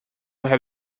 have